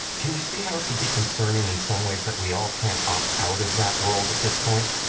can you see how it could be concerning in some ways that we all can't opt out of that world at this point?